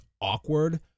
awkward